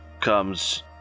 comes